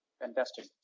Fantastic